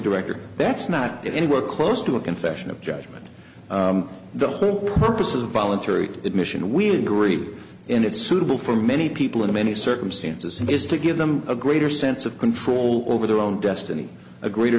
director that's not anywhere close to a confession of judgment the whole purpose of voluntary admission we agree in its suitable for many people in many circumstances it is to give them a greater sense of control over their own destiny a greater